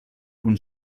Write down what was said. kun